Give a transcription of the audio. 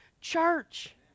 church